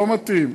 לא מתאים,